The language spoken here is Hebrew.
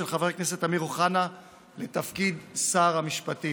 חבר הכנסת אמיר אוחנה לתפקיד שר המשפטים.